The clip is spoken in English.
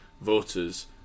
voters